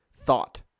thought